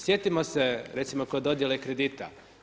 Sjetimo se recimo kod dodjele kredita.